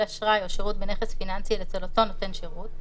אשראי או שירות בנכס פיננסי אצל אותו נותן שירות,